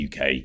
UK